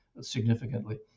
significantly